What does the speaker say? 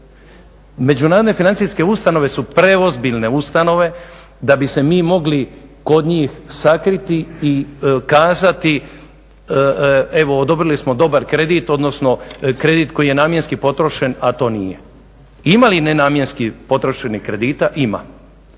Međunarodne financijske ustanove su preozbiljne ustanove da bi se mi mogli kod njih sakriti i kazati evo odobrili smo dobar kredit, odnosno kredit koji je namjenski potrošen, a to nije. Ima li nenamjenski potrošenih kredita, ima,